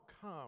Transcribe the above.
come